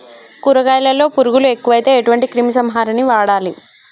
కూరగాయలలో పురుగులు ఎక్కువైతే ఎటువంటి క్రిమి సంహారిణి వాడాలి?